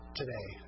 today